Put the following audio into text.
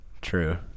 True